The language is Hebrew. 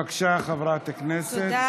בבקשה, חברת הכנסת.